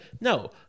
no